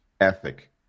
ethic